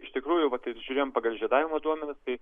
iš tikrųjų vat ir žiūrėjom pagal žiedavimo duomenis tai